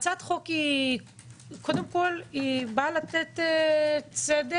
הצעת החוק קודם כול באה לתת צדק,